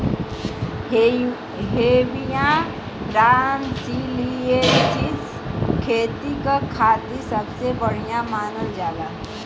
Hevea brasiliensis खेती क खातिर सबसे बढ़िया मानल जाला